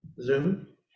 Zoom